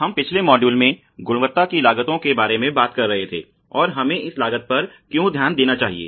हम पिछले मॉड्यूल में गुणवत्ता की लागतों के बारे में बात कर रहे थे और हमें इस लागत पर क्यों ध्यान देना चाहिए